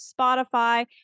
Spotify